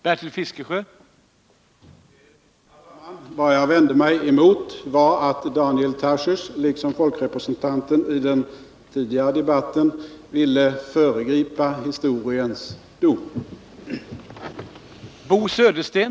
Herr talman! Vad jag vände mig mot var att Daniel Tarschys, liksom folkpartirepresentanten i den tidigare debatten, ville föregripa historiens dom.